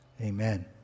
amen